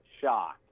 shocked